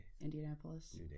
Indianapolis